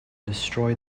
destroy